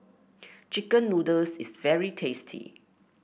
chicken noodles is very tasty